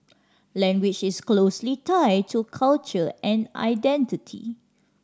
language is closely tied to culture and identity